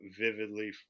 vividly